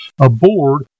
aboard